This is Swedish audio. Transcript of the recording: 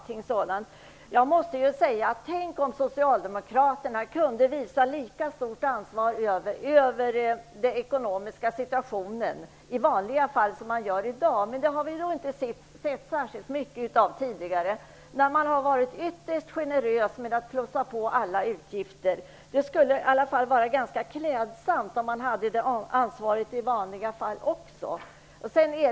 Tänk om Socialdemokraterna i vanliga fall kunde visa lika stort ansvar för den ekonomiska situationen som de gör i dag. Det har vi inte sett särskilt mycket av tidigare. De har varit ytterst generösa med att öka på alla utgifter. Det skulle vara ganska klädsamt om de kände det ansvaret i vanliga fall också.